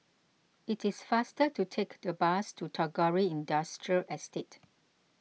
it is faster to take the bus to Tagore Industrial Estate